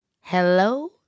hello